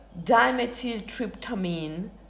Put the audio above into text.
dimethyltryptamine